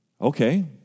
Okay